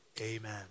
amen